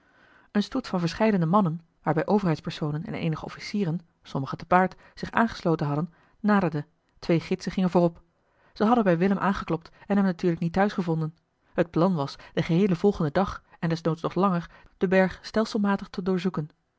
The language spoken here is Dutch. een stoet van verscheidene mannen waarbij overheidspersonen en eenige officieren sommigen te paard zich aangesloten hadden naderde twee gidsen gingen voorop ze hadden bij willem aangeklopt en hem natuurlijk niet thuis gevonden het plan was den geheelen volgenden dag en desnoods nog langer den berg stelselmatig te